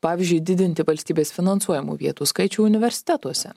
pavyzdžiui didinti valstybės finansuojamų vietų skaičių universitetuose